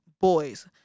boys